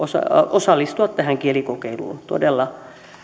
osallistua tähän kielikokeiluun todella